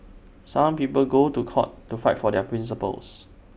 some people go to court to fight for their principles